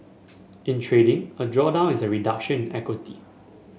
in trading a drawdown is a reduction in equity